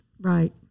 Right